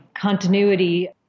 continuity